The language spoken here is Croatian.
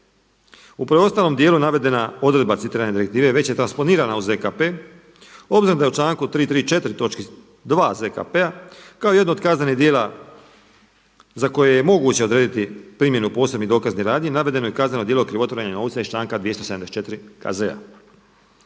U preostalom dijelu navedena odredba, citiram direktive već je transponirana u ZKP obzirom da je u članku 334. točki 2. ZKP-a kao jedno od kaznenih djela za koje je moguće odrediti primjenu posebnih dokaznih radnji navedeno je kazneno djelo krivotvorenja novca iz članka 234. KZ-a.